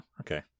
Okay